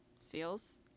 seals